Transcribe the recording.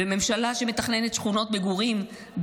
ממשלה שמתכננת שכונות מגורים,